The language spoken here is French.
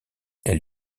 elle